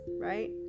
right